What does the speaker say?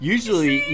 Usually